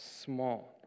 small